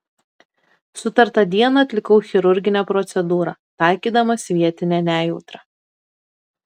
sutartą dieną atlikau chirurginę procedūrą taikydamas vietinę nejautrą